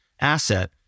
asset